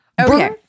Okay